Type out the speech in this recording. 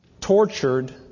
tortured